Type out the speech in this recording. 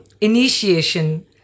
initiation